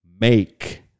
make